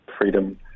Freedom